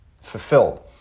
fulfilled